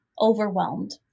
overwhelmed